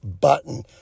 button